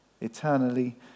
eternally